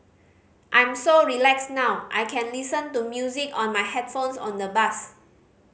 I'm so relaxed now I can listen to music on my headphones on the bus